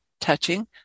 touching